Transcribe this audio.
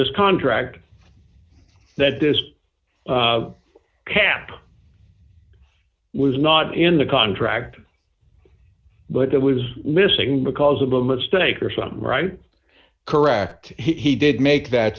this contract that this cap was not in the contract but it was missing because of a mistake or something right correct he did make that